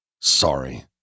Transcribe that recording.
Sorry